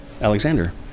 Alexander